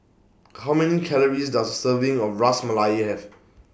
How Many Calories Does Serving of Ras Malai Have